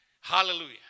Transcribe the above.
Hallelujah